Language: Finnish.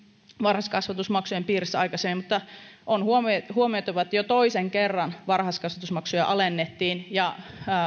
varhaiskasvatusmaksujen piirissä myöskin aikaisemmin mutta on huomioitava että jo toisen kerran varhaiskasvatusmaksuja alennettiin ja